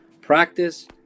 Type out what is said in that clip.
practice